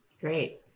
Great